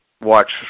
watch